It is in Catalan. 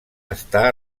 està